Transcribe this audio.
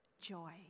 joy